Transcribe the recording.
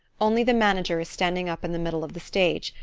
only the manager is standing up in the middle of the stage,